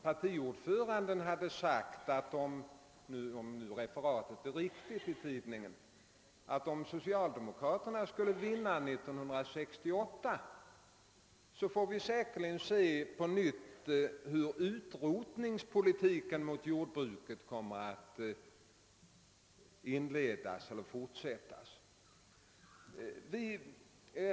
Partiordföranden hade där sagt — om nu referatet i tidningen är riktigt — att om socialdemokraterna skulle vinna valet 1968 skulle säkerligen utrotningspolitiken mot jordbruket fortsätta.